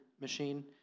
machine